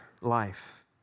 life